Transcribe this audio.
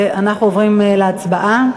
ואנחנו עוברים להצבעה,